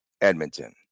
Edmonton